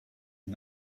and